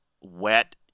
wet